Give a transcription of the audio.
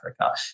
Africa